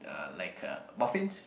uh like uh muffins